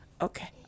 Okay